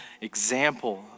example